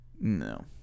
No